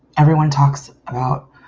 everyone talks about.